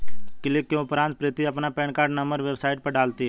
click के उपरांत प्रीति अपना पेन कार्ड नंबर वेबसाइट पर डालती है